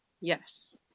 Yes